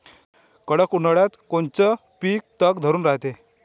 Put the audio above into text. कडक उन्हाळ्यात कोनचं पिकं तग धरून रायते?